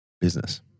business